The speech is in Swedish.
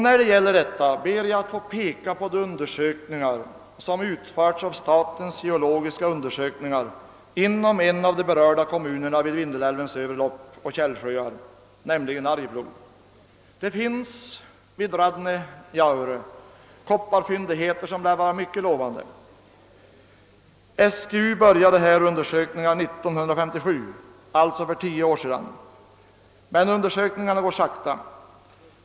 När det gäller detta, ber jag få peka på de undersökningar som utförts av Sveriges geologiska undersökning inom en av de berörda kommunerna vid Vindelälvens övre lopp och källsjöar, nämligen Arjeplog. Vid Radnejaur finns kopparfyndigheter som lär vara lovande. SGU började här undersökningar 1957, alltså för tio år sedan. Men undersökningarna går sakta.